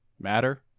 matter